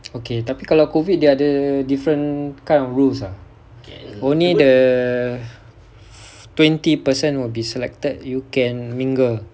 okay tapi kalau COVID dia ada different kind of rules ah only the twenty percent will be selected you can mingle